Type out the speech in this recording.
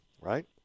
Right